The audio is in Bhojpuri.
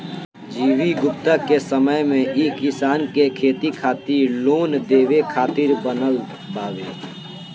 जी.वी गुप्ता के समय मे ई किसान के खेती खातिर लोन देवे खातिर बनल बावे